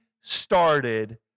started